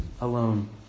alone